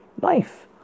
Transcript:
life